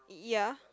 ya